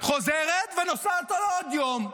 חוזרת ונוסעת עוד יום.